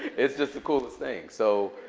it's just the coolest thing. so